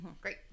great